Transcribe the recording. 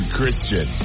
Christian